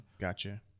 Gotcha